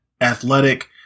athletic